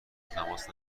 تماس